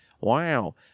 Wow